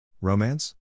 Romance